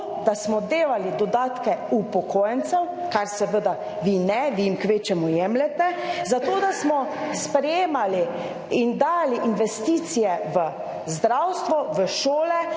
da smo delali dodatke upokojencev, kar seveda vi ne, vi jim kvečjemu jemljete, zato, da smo sprejemali in dali investicije v zdravstvo, v šole,